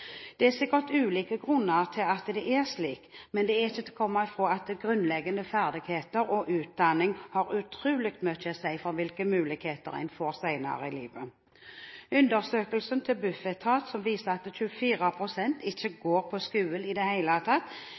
Det er sikkert ulike grunner til at det er slik. Men det er ikke til å komme fra at grunnleggende ferdigheter og utdanning har utrolig mye å si for hvilke muligheter en får senere i livet. Undersøkelsen til Bufetat, som viser at 24 pst. ikke går på skolen i det hele tatt,